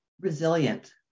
resilient